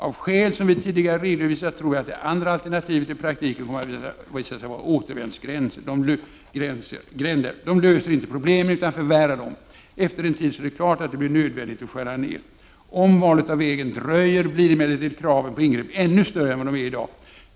Av skäl som vi tidigare redovisat tror vi att de andra alternativen i praktiken kommer att visa sig vara återvändsgränder. De löser inte problemen utan förvärrar dem. Efter en tid, när detta står klart, blir det nödvändigt att skära ned. Om valet av den vägen dröjer blir emellertid kraven på ingrepp ännu större än vad de är i dag.